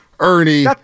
Ernie